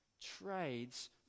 trades